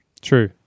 True